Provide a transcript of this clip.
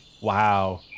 wow